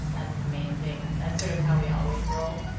that's the main thing. that's sort of how we always roll.